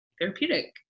therapeutic